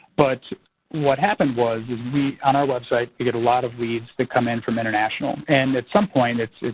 but what happened was is we on our web site, we get a lot of leads that come in from international. and at some point it's,